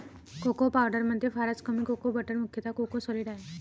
cocoa पावडरमध्ये फारच कमी कोको बटर मुख्यतः कोको सॉलिड आहे